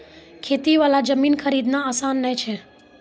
खेती वाला जमीन खरीदना आसान नय छै